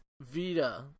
Vita